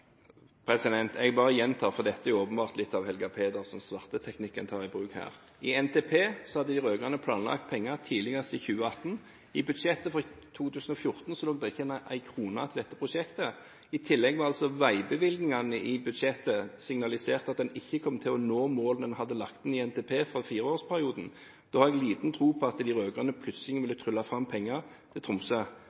åpenbart litt av Helga Pedersens sverteteknikk man tar i bruk her. I NTP hadde de rød-grønne planlagt penger tidligst i 2018. I budsjettet for 2014 lå det ikke én krone til dette prosjektet. I tillegg var det i veibevilgningene i budsjettet signalisert at en ikke kom til å nå målene en hadde lagt inn i NTP for fireårsperioden. Da har jeg liten tro på at de rød-grønne plutselig ville tryllet fram penger til Tromsø.